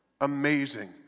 amazing